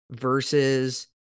versus